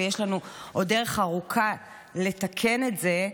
ויש לנו עוד דרך ארוכה לתקן את זה.